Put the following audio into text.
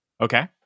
Okay